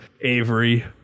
Avery